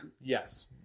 Yes